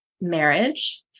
marriage